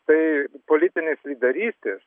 tai politinės lyderystės